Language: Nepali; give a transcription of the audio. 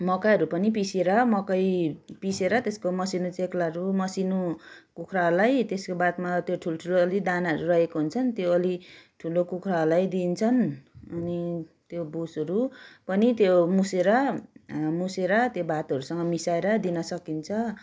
मकैहरू पनि पिसेर मकै पिसेर त्यसको मसिनो चेक्लाहरू मसिनो कुखुराहरूलाई त्यसको बादमा त्यो ठुल ठुलो अलि दानाहरू रहेको हुन्छन् त्यो अलि ठुलो कुखुराहरूलाई दिइन्छन् अनि त्यो भुसहरू पनि त्यो मुछेर मुछेर त्यो भातहोरूसँग मिसाएर दिन सकिन्छ